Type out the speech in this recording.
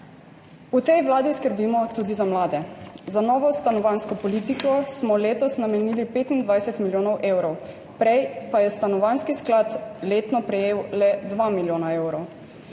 V tej vladi skrbimo tudi za mlade. Za novo stanovanjsko politiko smo letos namenili 25 milijonov evrov, prej pa je Stanovanjski sklad Republike Slovenije letno prejel le 2 milijona evrov.